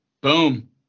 boom